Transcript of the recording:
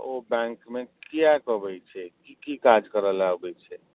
ओ बैंकमे किएक अबै छै की की काज करैलए अबै छै